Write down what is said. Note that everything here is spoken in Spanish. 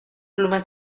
pluma